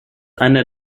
eine